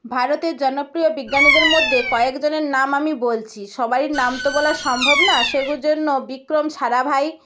ভারতের জনপ্রিয় বিজ্ঞানীদের মধ্যে কয়েকজনের নাম আমি বলছি সবায়ের নাম তো বলা সম্ভব না সেই জন্য বিক্রম সারাভাই